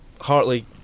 Hartley